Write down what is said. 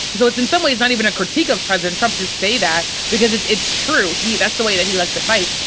so it's in some ways not even a critique of president trump to say that, because it's it's true. that's the way that he likes to fight.